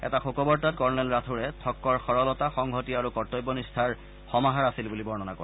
এটা শোকবাৰ্তাত কৰ্ণেল ৰাথোড়ে থক্কৰ সৰলতা সংহতি আৰু কৰ্তব্যনিষ্ঠাৰ সমাহাৰ আছিল বুলি বৰ্ণনা কৰে